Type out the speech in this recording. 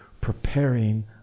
preparing